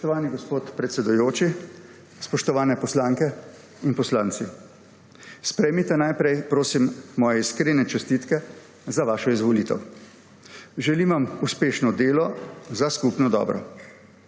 Spoštovani gospod predsedujoči, spoštovani poslanke in poslanci! Sprejmite najprej prosim moje iskrene čestitke za vašo izvolitev. Želim vam uspešno delo za skupno dobro!